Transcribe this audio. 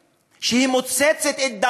זה התנאי של מדינת המתנחלים,